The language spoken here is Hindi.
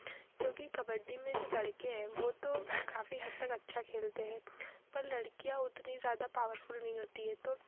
क्योंकि कबड्डी में जो लड़के हैं वह तो काफ़ी हद तक अच्छा खेलते हैं पर लड़कियाँ उतनी ज़्यादा पावरफुल नहीं होती हैं तो